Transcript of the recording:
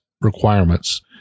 requirements